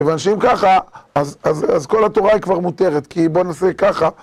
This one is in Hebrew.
הבנתי שאם ככה, אז כל התורה היא כבר מותרת, כי בוא נעשה ככה..